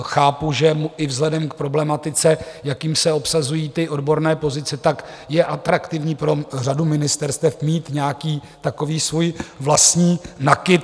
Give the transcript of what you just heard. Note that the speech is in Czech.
Chápu, že i vzhledem k problematice, jakým se obsazují odborné pozice, je atraktivní pro řadu ministerstev mít nějaký takový svůj vlastní NAKIT.